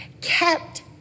kept